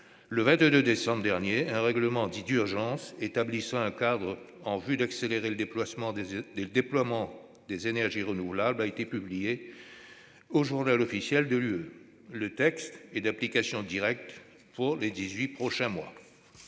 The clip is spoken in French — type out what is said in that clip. Le 22 décembre dernier, un règlement dit « d'urgence » établissant un cadre en vue d'accélérer le déploiement des énergies renouvelables a été publié au. Le texte est d'application directe pour les dix-huit prochains mois.